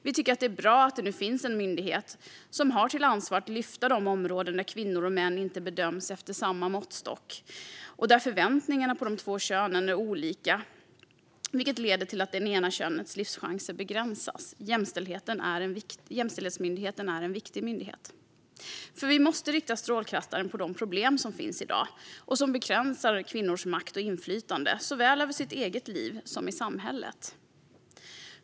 Vi tycker att det är bra att det nu finns en myndighet som har till ansvar att lyfta fram de områden där kvinnor och män inte bedöms efter samma måttstock eller där förväntningarna på de två könen är olika, vilket leder till att det ena könets livschanser begränsas. Jämställdhetmyndigheten är en viktig myndighet. Vi måste rikta strålkastaren på de problem som finns i dag och som begränsar kvinnors makt och inflytande såväl över deras eget liv som i samhället.